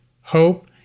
hope